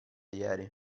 ieri